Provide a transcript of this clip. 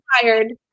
tired